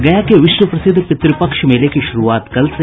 और गया के विश्व प्रसिद्ध पितृपक्ष मेले की शुरूआत कल से